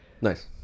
Nice